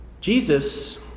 Jesus